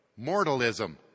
mortalism